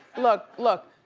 look, look,